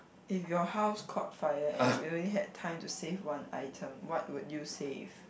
if your house caught fire and you only had time to save one item what would you save